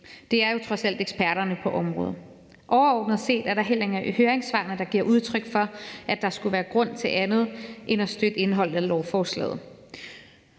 Det er jo trods alt eksperterne på området. Overordnet set er der heller ingen af høringssvarene, der giver udtryk for, at der skulle være grund til andet end at støtte indholdet af lovforslaget.